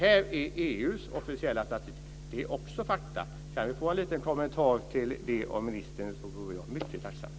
Detta är EU:s officiella statistik. Det är också fakta. Jag skulle vara mycket tacksam om vi kunde få en liten kommentar till det av ministern.